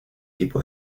tipo